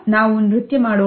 ನಾವು ನೃತ್ಯ ಮಾಡೋಣ